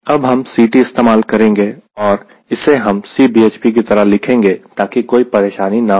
अब हम Ct इस्तेमाल करेंगे और इससे हम Cbhp की तरह लिखेंगे ताकि कोई परेशानी ना हो